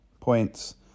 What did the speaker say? points